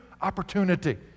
opportunity